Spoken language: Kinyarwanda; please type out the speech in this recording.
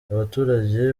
abaturage